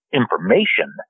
information